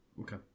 okay